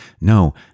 No